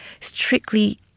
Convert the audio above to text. strictly